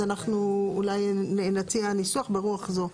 אז אנחנו אולי נציע ניסוח ברוח הזו.